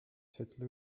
cette